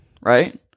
right